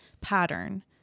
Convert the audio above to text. pattern